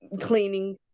cleaning